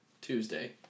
Tuesday